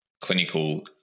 clinical